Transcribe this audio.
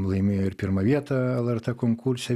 laimėjo ir pirmą vietą lrt konkurse